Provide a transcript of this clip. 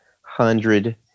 hundred